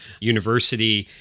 University